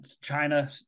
China